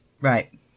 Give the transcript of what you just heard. Right